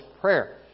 Prayer